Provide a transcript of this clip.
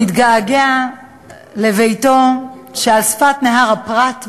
שמתגעגע לביתו שעל שפת נהר הפרת בעיראק,